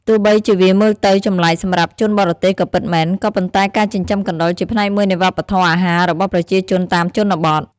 ទោះបីជាវាមើលទៅចម្លែកសម្រាប់ជនបរទេសក៏ពិតមែន ក៏ប៉ុន្តែការចិញ្ចឹមកណ្តុរជាផ្នែកមួយនៃវប្បធម៌អាហាររបស់ប្រជាជនតាមជនបទ។